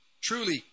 truly